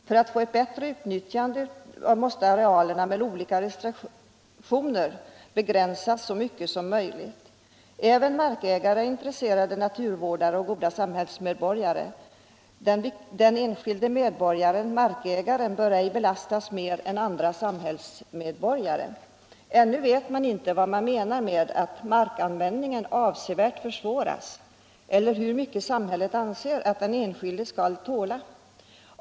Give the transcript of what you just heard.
För att åstadkomma ett bättre utnyttjande måste arealer med olika restriktioner begränsas så mycket som möjligt. Även markägare är intresserade naturvårdare och goda samhällsmedborgare. Den enskilde medborgaren, markägaren, bör ej belastas mer än andra samhällsmedborgare. Ännu vet man ej vad som menas med att ”markanvändningen avsevärt försvåras” eller hur mycket samhället anser att den enskilde skall tåla.